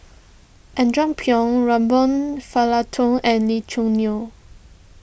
Andrew Phang Robert Fullerton and Lee Choo Neo